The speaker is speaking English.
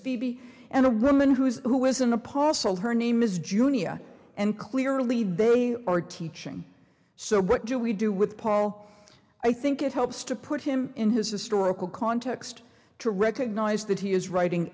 phoebe and a woman who's who is an apostle her name is junior and clearly there you are teaching so what do we do with paul i think it helps to put him in his historical context to recognise that he is writing